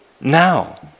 now